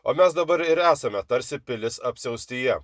o mes dabar ir esame tarsi pilis apsiaustyje